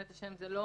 זה לא